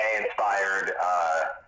inspired